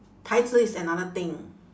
台词：tai ci is another thing